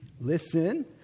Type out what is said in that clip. listen